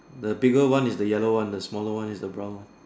the bigger one is the yellow one the smaller one is the brown one